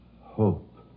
hope